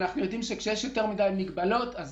אנחנו יודעים שכשיש יותר מדי מגבלות אז